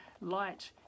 Light